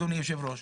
אדוני היושב-ראש,